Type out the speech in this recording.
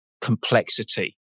complexity